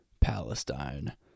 Palestine